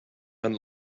and